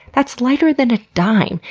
that's lighter than a dime,